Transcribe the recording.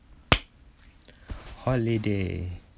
holiday